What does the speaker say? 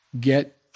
get